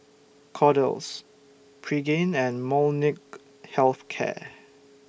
Kordel's Pregain and Molnylcke Health Care